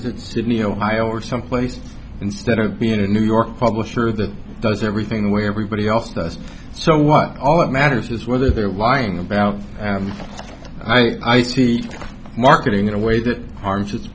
me ohio or someplace instead of being a new york publisher that does everything where everybody else does so what all that matters is whether they're lying about and i see marketing in a way that harms it